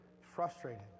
frustrated